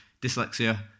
Dyslexia